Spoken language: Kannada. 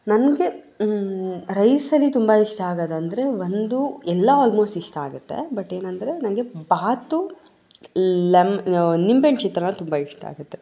ನನಗೆ ರೈಸಲ್ಲಿ ತುಂಬ ಇಷ್ಟ ಆಗೋದಂದರೆ ಒಂದು ಎಲ್ಲ ಆಲ್ಮೋಸ್ಟ್ ಇಷ್ಟ ಆಗುತ್ತೆ ಬಟ್ ಏನಂದರೆ ನಂಗೆ ಭಾತು ಲೆಮ್ ನಿಂಬೆಹಣ್ಣು ಚಿತ್ರಾನ್ನ ತುಂಬ ಇಷ್ಟ ಆಗುತ್ತೆ